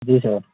जी sir